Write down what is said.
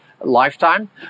lifetime